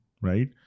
right